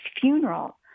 funeral